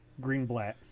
greenblatt